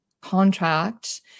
contract